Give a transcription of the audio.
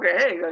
okay